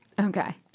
Okay